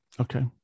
Okay